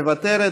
מוותרת,